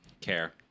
care